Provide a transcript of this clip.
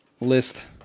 list